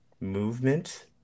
movement